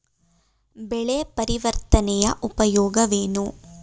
ಬೆಳೆ ಪರಿವರ್ತನೆಯ ಉಪಯೋಗವೇನು?